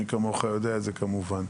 מי כמוך יודע את זה כמובן.